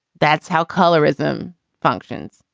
that's how colorism functions.